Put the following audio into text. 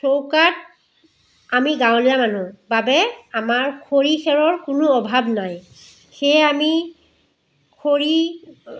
চৌকাত আমি গাঁৱলীয়া মানুহ বাবে আমাৰ খৰি খেৰৰ কোনো অভাৱ নাই সেয়ে আমি খৰি